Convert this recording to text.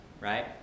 right